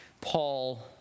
Paul